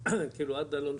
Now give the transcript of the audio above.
עד אלון שבות,